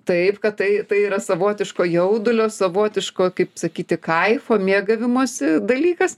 taip kad tai tai yra savotiško jaudulio savotiško kaip sakyti kaifo mėgavimosi dalykas